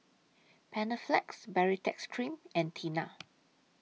Panaflex Baritex Cream and Tena